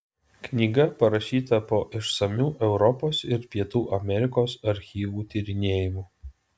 knyga parašyta po išsamių europos ir pietų amerikos archyvų tyrinėjimų